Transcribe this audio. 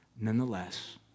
nonetheless